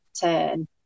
turn